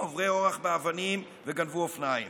עוברי אורח באבנים וגנבו אופניים,